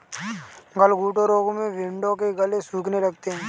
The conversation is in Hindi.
गलघोंटू रोग में भेंड़ों के गले सूखने लगते हैं